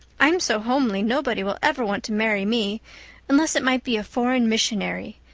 i'm so homely nobody will ever want to marry me unless it might be a foreign missionary.